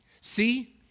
See